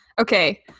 Okay